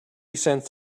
cents